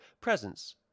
presence